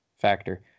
factor